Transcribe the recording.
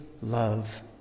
love